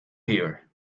here